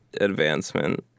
advancement